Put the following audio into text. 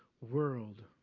world